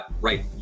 Right